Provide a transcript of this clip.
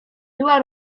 była